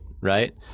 right